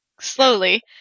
slowly